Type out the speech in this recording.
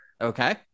okay